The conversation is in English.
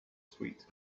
sweet